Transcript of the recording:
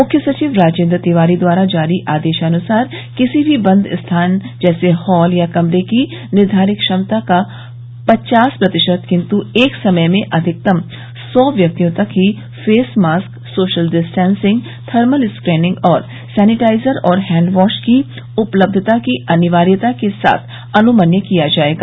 मुख्य सचिव राजेन्द्र तिवारी द्वारा जारी आदेशानुसार किसी भी बंद स्थान जैसे हाल या कमरे की निर्धारित क्षमता का पचास प्रतिशत किन्तु एक समय में अधिकतम सौ व्यक्तियों तक ही face mask social distancing thermal scanning sanitizer और हैंडवॉश की उपलब्धता की अनिवार्यता के साथ अनुमन्य किया जायेगा